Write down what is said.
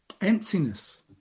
emptiness